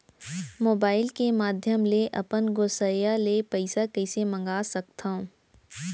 Mobile के माधयम ले अपन गोसैय्या ले पइसा कइसे मंगा सकथव?